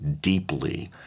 deeply